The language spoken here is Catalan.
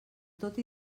tot